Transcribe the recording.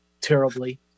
terribly